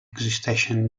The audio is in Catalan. existeixen